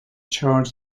charge